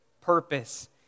purpose